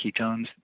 ketones